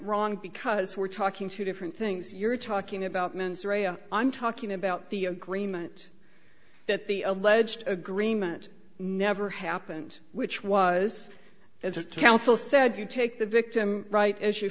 wrong because we're talking two different things you're talking about mens rea i'm talking about the agreement that the alleged agreement never happened which was as counsel said you take the victim right as you